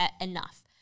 enough